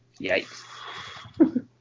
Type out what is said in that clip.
Yikes